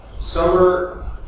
summer